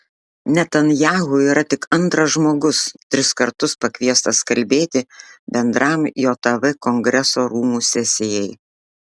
netanyahu yra tik antras žmogus tris kartus pakviestas kalbėti bendram jav kongreso rūmų sesijai